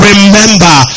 Remember